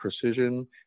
precision